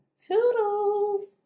Toodles